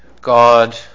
God